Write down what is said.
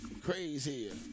crazy